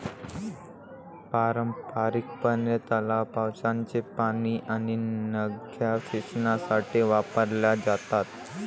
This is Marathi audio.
पारंपारिकपणे, तलाव, पावसाचे पाणी आणि नद्या सिंचनासाठी वापरल्या जातात